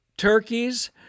Turkeys